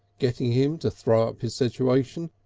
getting him to throw up his situation,